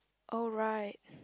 oh right